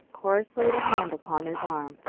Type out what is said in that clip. corrus laid a hand upon his arm.